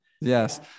Yes